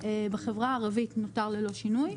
בחברה הערבית נותר ללא שינוי,